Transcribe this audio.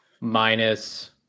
minus